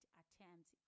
attempts